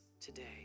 today